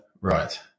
Right